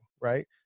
Right